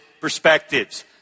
perspectives